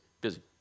busy